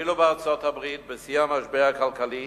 אפילו בארצות-הברית, בשיא המשבר הכלכלי,